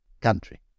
country